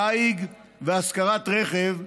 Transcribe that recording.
דיג והשכרת רכב,